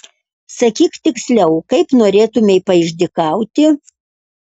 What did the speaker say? sakyk tiksliau kaip norėtumei paišdykauti